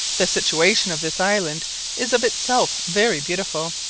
the situation of this island is of itself very beautiful.